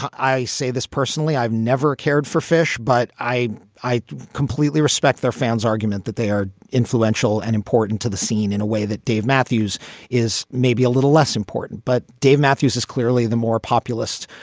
i say this personally. i've never cared for phish, but i i completely respect their fans argument that they are influential and important to the scene in a way that dave matthews is maybe a little less important. but dave matthews is clearly the more populist,